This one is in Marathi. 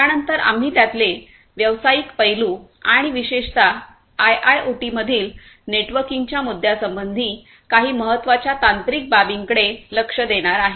त्यानंतर आम्ही त्यातील व्यवसायाचे पैलू आणि विशेषत आयआयओटी मधील नेटवर्किंगच्या मुद्द्यांसंबंधी काही महत्त्वाच्या तांत्रिक बाबींकडे लक्ष देणार आहे